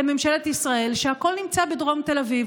לממשלת ישראל שהכול נמצא בדרום תל אביב?